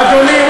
אדוני,